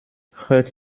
hört